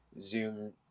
Zoom